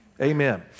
Amen